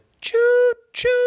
choo-choo